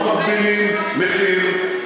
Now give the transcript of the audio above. לא מגבילים מחיר.